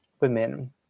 women